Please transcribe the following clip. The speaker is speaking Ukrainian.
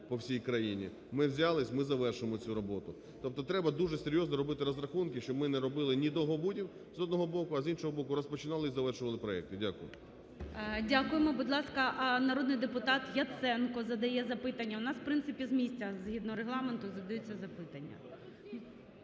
по всій країні. Ми взялись – ми завершимо цю роботу. Тобто, треба дуже серйозно робити розрахунки, щоб ми не робили ні довгобудів, з одного боку, а, з іншого боку, розпочинали і завершували проекти. Дякую. ГОЛОВУЮЧИЙ Дякуємо. Будь ласка, народний депутат Яценко задає запитання. У нас в принципі з місця згідно Регламенту задаються запитання.